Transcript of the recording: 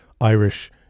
Irish